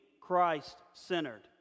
Christ-centered